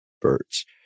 birds